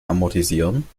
amortisieren